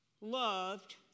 loved